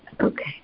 Okay